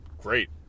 great